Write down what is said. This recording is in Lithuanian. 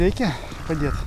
reikia padėt